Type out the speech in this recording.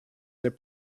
their